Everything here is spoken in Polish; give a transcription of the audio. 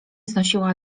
znosiła